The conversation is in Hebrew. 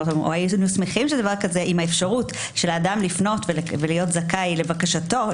עם האפשרות של האדם לפנות ולהיות זכאי לבקשתו,